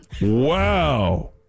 Wow